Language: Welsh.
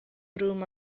drwm